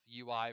ui